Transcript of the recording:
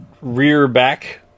rear-back